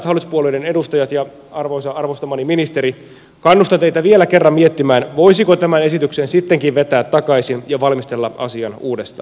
hyvät hallituspuolueiden edustajat ja arvostamani ministeri kannustan teitä vielä kerran miettimään voisiko tämän esityksen sittenkin vetää takaisin ja valmistella asian uudestaan